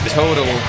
total